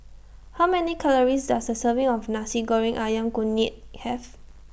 How Many Calories Does A Serving of Nasi Goreng Ayam Kunyit Have